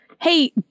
hey